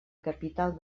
capital